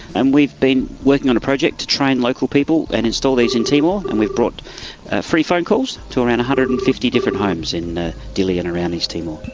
and we've been working on a project to train local people and install these in timor, and we've brought free phone calls to around one hundred and fifty different homes in ah dili and around east timor.